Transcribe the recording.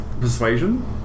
Persuasion